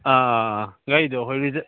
ꯑꯥ ꯒꯥꯔꯤꯗꯣ ꯑꯩꯈꯣꯏꯒꯤꯗ